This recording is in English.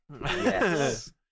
Yes